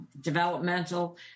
developmental